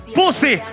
Pussy